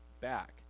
back